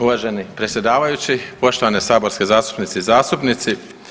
Uvaženi predsjedavajući, poštovane saborske zastupnice i zastupnici.